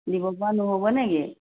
দিবপৰা নহ'ব নেকি